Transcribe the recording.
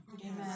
Amen